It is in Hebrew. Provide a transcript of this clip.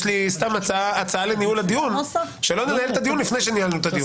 יש לי הצעה לניהול הדיון: שלא ננהל את הדיון לפני שניהלנו את הדיון,